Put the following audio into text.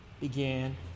began